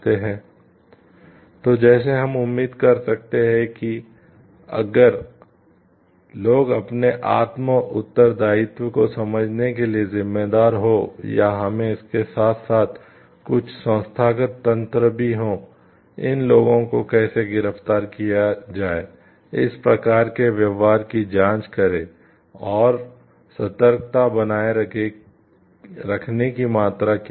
इसलिए जैसे हम उम्मीद कर सकते हैं कि हर लोग अपने आत्म उत्तरदायित्व को समझने के लिए ज़िम्मेदार हों या हमें इसके साथ साथ कुछ संस्थागत तंत्र भी हों इन लोगों को कैसे गिरफ्तार किया जाए इस प्रकार के व्यवहार की जाँच करें और और सतर्कता बनाये रखने की मात्रा क्या है